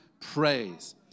praise